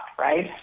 right